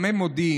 גם הם מודים,